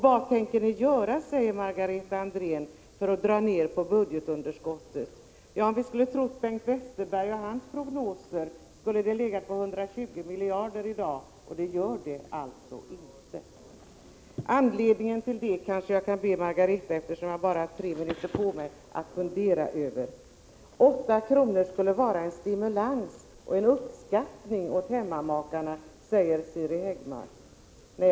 Vad tänker ni göra för att dra ned på budgetunderskottet? frågar Margareta Andrén. Ja, om vi skulle ha trott på Bengt Westerberg och hans prognoser skulle budgetunderskottet ha legat på 120 miljarder i dag. Det gör det alltså inte. Anledningen till det kanske jag kan be Margareta Andrén att fundera över, eftersom jag bara har tre minuter på mig. Åtta kronor skulle vara en stimulans och en uppskattning åt hemmamakarna, säger Siri Häggmark.